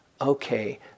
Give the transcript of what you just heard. okay